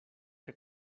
que